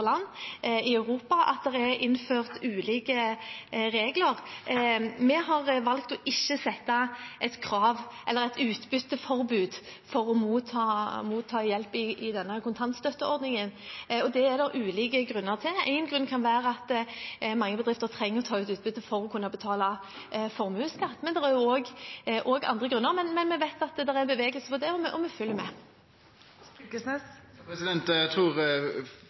land i Europa, at det er innført ulike regler. Vi har valgt ikke å sette et utbytteforbud for å motta hjelp i denne kontantstøtteordningen, og det er det ulike grunner til. Én grunn kan være at mange bedrifter trenger å ta ut utbytte for å kunne betale formuesskatt, men det er også andre grunner. Men vi vet at det er bevegelse på det, og vi følger med. Eg trur ikkje folk flest forstår at enkelte selskap, f.eks. Norske Skog, skal permittere store delar av arbeidsstyrken og